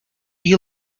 you